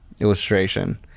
illustration